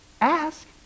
ask